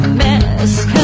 mess